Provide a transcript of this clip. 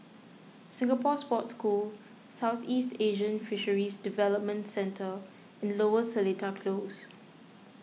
Singapore Sports School Southeast Asian Fisheries Development Centre and Lower Seletar Close